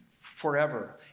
forever